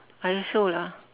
I also lah